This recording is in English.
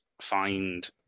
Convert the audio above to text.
find